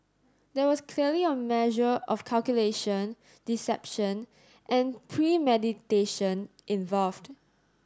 there was clearly a measure of calculation deception and premeditation involved